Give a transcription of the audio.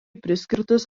priskirtas